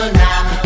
now